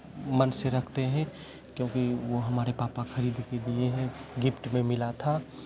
मन से रखते हैं क्योंकि वो हमारे पापा खरीद के दिए हैं गिफ्ट में मिला था तो